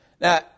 Now